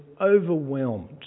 overwhelmed